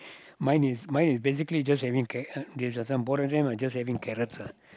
mine is mine is basically just having they just some are just having carrots ah